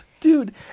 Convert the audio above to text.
Dude